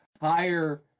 higher